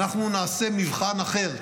אנחנו נעשה מבחן אחר,